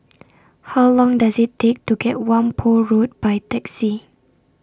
How Long Does IT Take to get Whampoa Road By Taxi